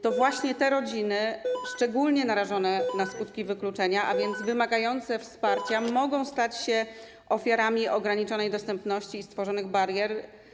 To właśnie te rodziny szczególnie narażone na skutki wykluczenia, a więc wymagające wsparcia, mogą stać się ofiarami ograniczonej dostępności i stworzonych barier.